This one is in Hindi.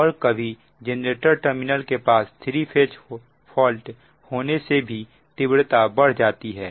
और कभी जनरेटर टर्मिनल के पास थ्री फेज फॉल्ट होने से भी तीव्रता बढ़ जाती है